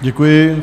Děkuji.